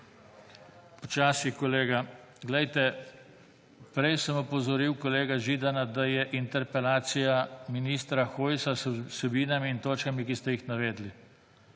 počasi, kolega. Glejte, prej sem opozoril kolega Židana, da je interpelacija ministra Hojsa z vsebinami in točkami, ki ste jih navedli.